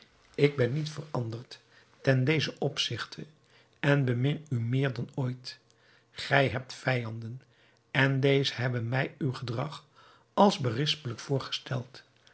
ik ben niet veranderd ten dezen opzigte en bemin u meer dan ooit gij hebt vijanden en deze hebben mij uw gedrag als berispelijk voorgesteld